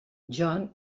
john